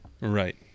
right